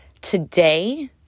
today